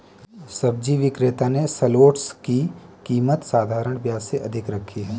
सब्जी विक्रेता ने शलोट्स की कीमत साधारण प्याज से अधिक रखी है